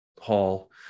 Hall